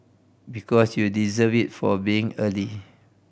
because you deserve it for being early